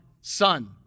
Son